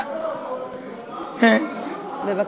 בבקשה.